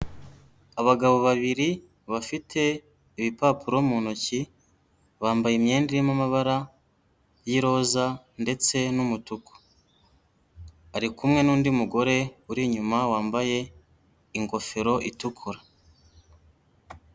Abagabo babiri bafite ibipapuro mu ntoki bambaye imyenda irimo amabara y'iroza ndetse n'umutuku ari kumwe n'undi mugore uri inyuma wambaye ingofero itukura.